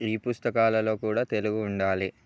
ఈ పుస్తకాలలో కూడా తెలుగు ఉండాలి